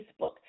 Facebook